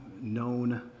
known